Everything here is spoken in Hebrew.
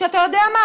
אתה יודע מה,